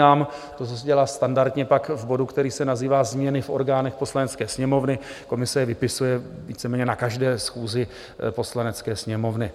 To se dělá standardně pak v bodu, který se nazývá Změny v orgánech Poslanecké sněmovny, komise je vypisuje víceméně na každé schůzi Poslanecké sněmovny.